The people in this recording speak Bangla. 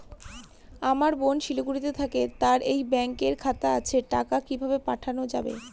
আমার বোন শিলিগুড়িতে থাকে তার এই ব্যঙকের খাতা আছে টাকা কি ভাবে পাঠানো যাবে?